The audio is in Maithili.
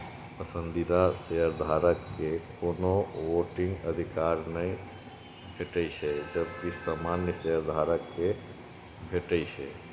पसंदीदा शेयरधारक कें कोनो वोटिंग अधिकार नै भेटै छै, जबकि सामान्य शेयधारक कें भेटै छै